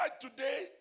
today